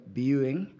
viewing